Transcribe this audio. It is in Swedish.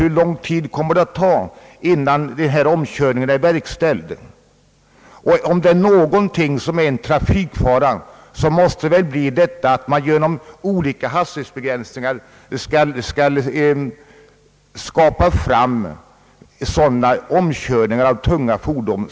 Hur lång tid kommer det att ta innan den omkörningen är verkställd? Jag har inte räknat efter, men om någonting är en trafikfara, så måste det vara att man genom olika hastighetsbestämmelser skapar fram omkörningar av tunga fordon.